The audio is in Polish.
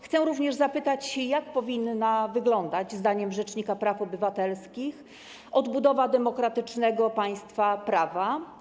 Chcę również zapytać się, jak powinna wyglądać, zdaniem rzecznika praw obywatelskich odbudowa demokratycznego państwa prawa?